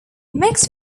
mixed